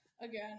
again